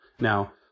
Now